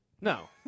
No